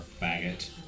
faggot